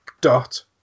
dot